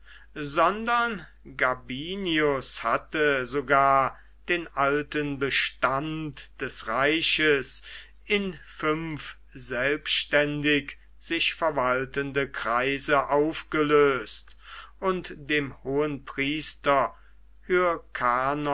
sondern gabinius hatte sogar den alten bestand des reiches in fünf selbständig sich verwaltende kreise aufgelöst und dem hohenpriester